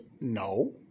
No